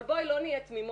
אבל בואי, לא נהיה תמימות.